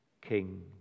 king